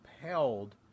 compelled